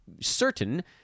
certain